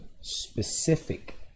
specific